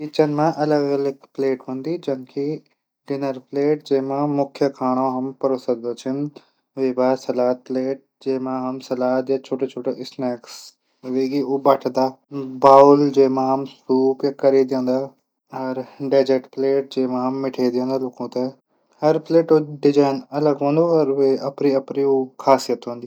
किचन मा अलग अलग प्लेट हूदी। डिनर प्लेट मुख्य खाणू वेमा परोस सकदा छन। वेक बाद सलाद प्लेट वेमा सलाद स्नेक छुटा छुटा बंटंदा। बाऊल जैमा हम सूप। डेजर्ट प्लेट मिठाई दिंदा लूखू थै। हर प्लेट डिजाइन अलग हूंदू। और वेकी अलग खासियत हूंदी।